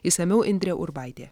išsamiau indrė urbaitė